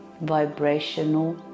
vibrational